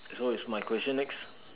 so it's my question next